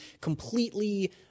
completely